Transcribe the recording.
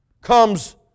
comes